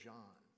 John